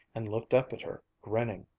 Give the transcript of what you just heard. and looked up at her, grinning.